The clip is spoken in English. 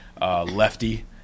lefty